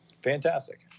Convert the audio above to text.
Fantastic